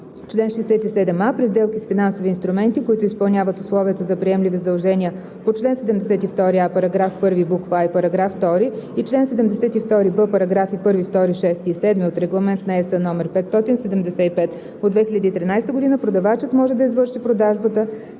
Чл. 67а. При сделки с финансови инструменти, които изпълняват условията за приемливи задължения по чл. 72а, параграф 1, буква „а“ и параграф 2 и чл. 72б, параграфи 1, 2, 6 и 7 от Регламент (ЕС) № 575/2013, продавачът може да извърши продажбата